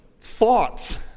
thoughts